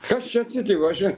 kas čia atsitiko aš čia